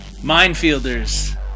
Minefielders